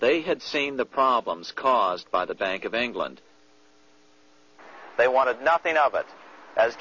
they had seen the problems caused by the bank of england they wanted nothing of it as